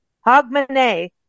Hogmanay